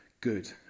good